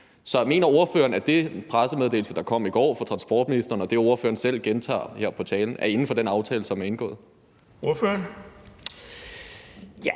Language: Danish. Mener ordføreren, at den pressemeddelelse, der kom i går fra Transportministeriet, og det, ordføreren selv har gentaget her i sin tale, er inden for den aftale, som er indgået? Kl.